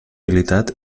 habilitat